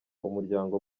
umuryango